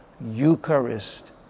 Eucharist